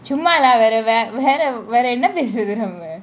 சும்மாள வேற வேற வேற என்ன பேசுறது நம்ம :summala vera vera vera enna peasurathu namma